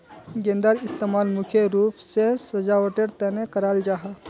गेंदार इस्तेमाल मुख्य रूप से सजावटेर तने कराल जाहा